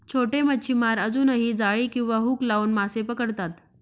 छोटे मच्छीमार अजूनही जाळी किंवा हुक लावून मासे पकडतात